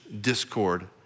discord